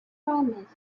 promises